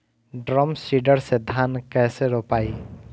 Drum seeder से धान कैसे रोपाई?